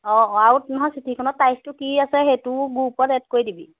অঁ অঁ আৰু তােমাৰ চিঠিখনৰ তাৰিখটো কি আছে সেইটোও গ্ৰুপত এড কৰি দিবি